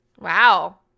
Wow